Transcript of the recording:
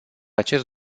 acest